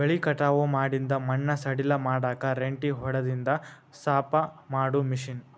ಬೆಳಿ ಕಟಾವ ಮಾಡಿಂದ ಮಣ್ಣ ಸಡಿಲ ಮಾಡಾಕ ರೆಂಟಿ ಹೊಡದಿಂದ ಸಾಪ ಮಾಡು ಮಿಷನ್